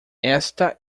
esta